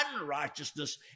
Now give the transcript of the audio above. unrighteousness